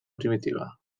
primitiva